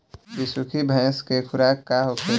बिसुखी भैंस के खुराक का होखे?